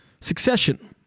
Succession